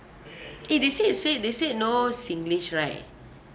eh they said you said they said no singlish right